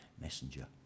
messenger